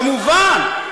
כמובן.